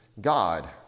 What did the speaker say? God